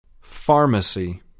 Pharmacy